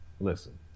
Listen